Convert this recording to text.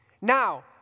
Now